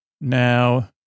Now